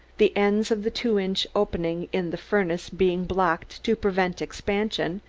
the ends of the two-inch opening in the furnace being blocked to prevent expansion,